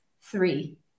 Three